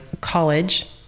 college